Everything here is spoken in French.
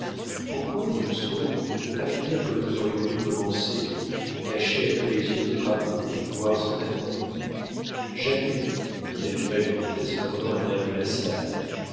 pourquoi dit lousteau ne pas finir comme nous aurions dû commencer cacher à tous les yeux notre amour et nous voir secrètement jamais dit la nouvelle comtesse en prenant un air glacial